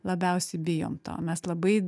labiausiai bijom to mes labai